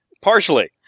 Partially